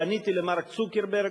פניתי למר צוקרברג,